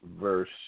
verse